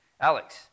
Alex